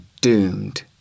doomed